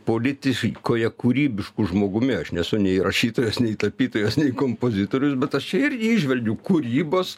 politi koje kūrybišku žmogumi aš nesu nei rašytojas nei tapytojas nei kompozitorius bet aš čia ir įžvelgiu kūrybos